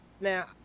Now